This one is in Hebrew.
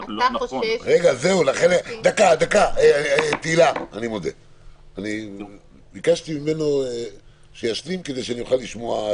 רגע, תהלה, אני ביקשתי ממנו שישלים את דבריו.